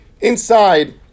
inside